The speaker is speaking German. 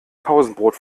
pausenbrot